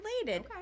related